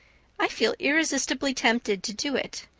i feel irresistibly tempted to do it.